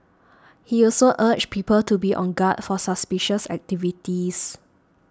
he also urged people to be on guard for suspicious activities